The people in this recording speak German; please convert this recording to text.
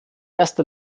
erste